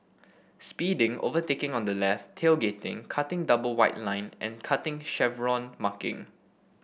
speeding overtaking on the left tailgating cutting double white line and cutting Chevron marking